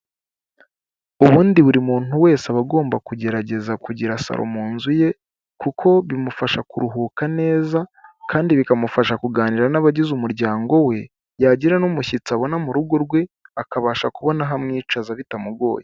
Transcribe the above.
Ubundi buri muntu wese aba agomba kugerageza kugira saro mu nzu ye kuko bimufasha kuruhuka neza kandi bikamufasha kuganira n'abagize umuryango we, yagira n'umushyitsi abona mu rugo rwe, akabasha kubona aho amwicaza bitamugoye.